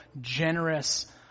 generous